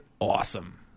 awesome